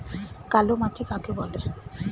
কালো মাটি কাকে বলে?